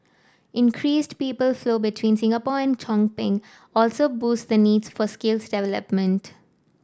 increased people flow between Singapore and also boost the needs for skills development